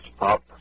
up